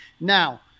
Now